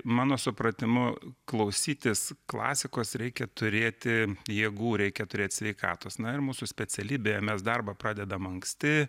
mano supratimu klausytis klasikos reikia turėti jėgų reikia turėt sveikatos na ir mūsų specialybė mes darbą pradedam anksti